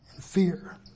fear